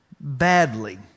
badly